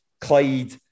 Clyde